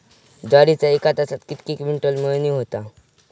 ज्वारीची एका तासात कितके क्विंटल मळणी होता?